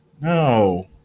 no